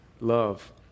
love